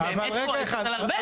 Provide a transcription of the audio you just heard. אני באמת כועסת על ארבל, מה לעשות?